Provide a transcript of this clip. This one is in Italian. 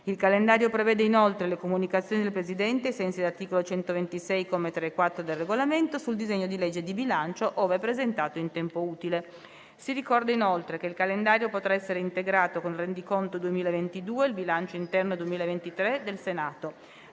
Il calendario prevede inoltre le comunicazioni del Presidente, ai sensi dell'articolo 126, commi 3 e 4, del Regolamento, sul disegno di legge di bilancio, ove presentato in tempo utile. Si ricorda inoltre che il calendario potrà essere integrato con il Rendiconto 2022 e il Bilancio interno 2023 del Senato.